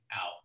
out